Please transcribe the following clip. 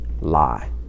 lie